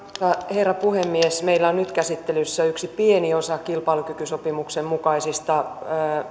herra puhemies meillä on nyt käsittelyssä yksi pieni osa kilpailukykysopimuksen mukaisista